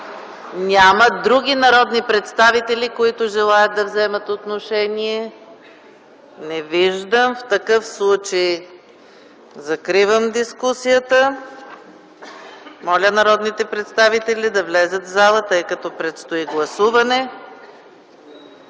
Няма. Други народни представители, които желаят да вземат отношение? Не виждам. В такъв случай закривам дискусията. Моля народните представители да влязат в залата, тъй като предстои гласуване.